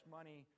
money